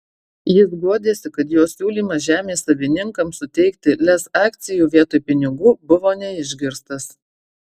jis guodėsi kad jo siūlymas žemės savininkams suteikti lez akcijų vietoj pinigų buvo neišgirstas